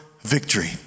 victory